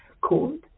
called